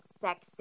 sexy